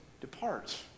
depart